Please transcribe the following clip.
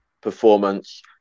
performance